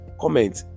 comment